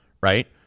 right